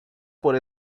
por